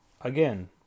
Again